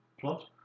plot